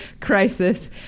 crisis